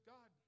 God